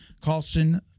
Carlson